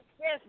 yes